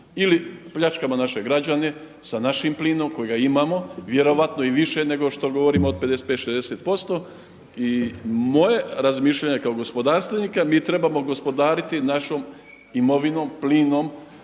ili pljačkamo naše građane sa našim plinom kojega imamo vjerojatno i više nego što govorimo od 55, 60%. I moje razmišljanje kao gospodarstvenika mi trebamo gospodariti našom imovinom plinom,